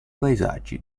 paesaggi